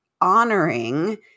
honoring